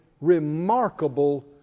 remarkable